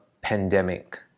pandemic